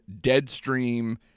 Deadstream